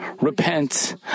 repent